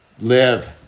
live